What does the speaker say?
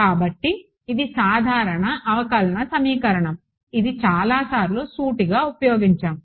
కాబట్టి ఇది సాధారణ అవకలన సమీకరణం ఇది చాలాసార్లు సూటిగా ఉపయోగించాము